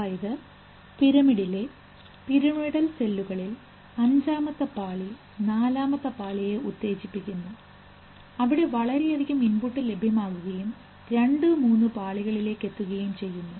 അതായത് പിരമിഡിലെ പിരമിഡൽ സെല്ലുകളിൽ അഞ്ചാമത്തെ പാളി നാലാമത്തെ പാളിയെ ഉത്തേജിപ്പിക്കുന്നു അവിടെ വളരെയധികം ഇൻപുട്ട് ലഭ്യമാകുകയും രണ്ടുമൂന്ന് പാളികളിലേക്ക് എത്തുകയും ചെയ്യുന്നു